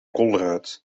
colruyt